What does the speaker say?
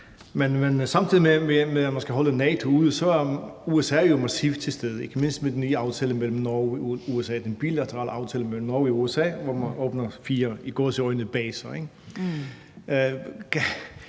Men samtidig med at man skal holde NATO ude, er USA jo massivt til stede, ikke mindst med den nye bilaterale aftale mellem Norge og USA, hvor man åbner fire – i gåseøjne – baser.